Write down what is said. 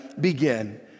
Begin